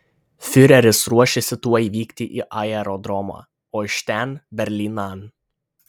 fiureris ruošėsi tuoj vykti į aerodromą o iš ten berlynan